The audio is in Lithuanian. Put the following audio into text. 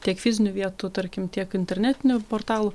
tiek fizinių vietų tarkim tiek internetinių portalų